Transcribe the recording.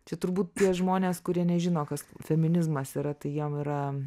čia turbūt tie žmonės kurie nežino kas feminizmas yra tai jiem yra